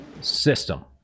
system